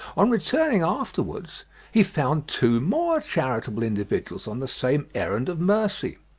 on returning afterwards he found two more charitable individuals on the same errand of mercy.